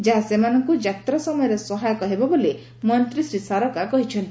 ଯାହା ସେମାନଙ୍କୁ ଯାତ୍ରା ସମୟରେ ସହାୟକ ହେବ ବୋଲି ମନ୍ତୀ ଶ୍ରୀ ସାରକା କହିଛନ୍ତି